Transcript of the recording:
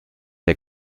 der